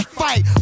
fight